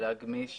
להגמיש